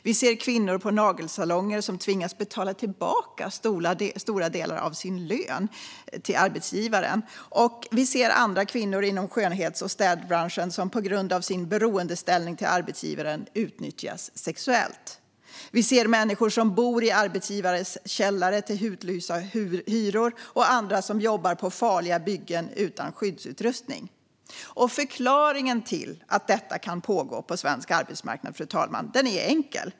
Vi ser kvinnor på nagelsalonger som tvingas betala tillbaka stora delar av sin lön till arbetsgivaren, och vi ser andra kvinnor inom skönhets och städbranschen som på grund av sin beroendeställning till arbetsgivaren utnyttjas sexuellt. Vi ser människor som bor i arbetsgivares källare till hutlösa hyror och andra som jobbar på farliga byggen utan skyddsutrustning. Förklaringen till att detta kan pågå på svensk arbetsmarknad, fru talman, är enkel.